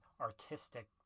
artistic